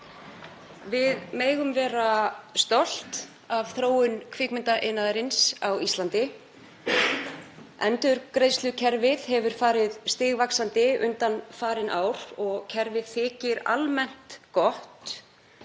Við megum vera stolt af þróun kvikmyndaiðnaðarins á Íslandi. Endurgreiðslukerfið hefur farið stigvaxandi undanfarin ár og kerfið þykir almennt gott